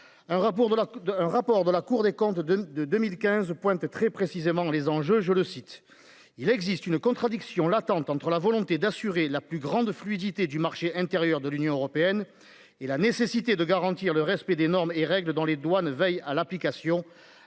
d'un rapport de la Cour des comptes de de 2015 pointe très précisément les enjeux, je le cite, il existe une contradiction latente entre la volonté d'assurer la plus grande fluidité du marché intérieur de l'Union européenne et la nécessité de garantir le respect des normes et règles dans les douanes veillent à l'application.